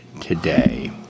today